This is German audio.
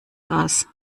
das